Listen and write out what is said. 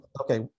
okay